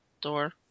door